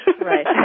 Right